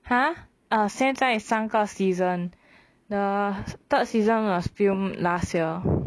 !huh! err 现在在三个 season the third season was film last year